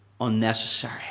unnecessary